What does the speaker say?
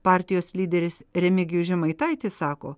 partijos lyderis remigijus žemaitaitis sako